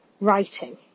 writing